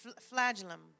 flagellum